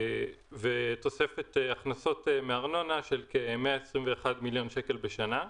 ותוספת הכנסות מארנונה של כ-121 מיליון שקל בשנה,